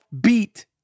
beat